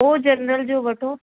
ओ general जो वठो